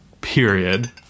Period